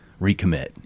recommit